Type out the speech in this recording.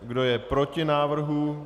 Kdo je proti návrhu?